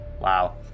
Wow